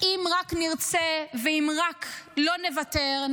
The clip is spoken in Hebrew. אם רק נרצה ואם רק לא נוותר,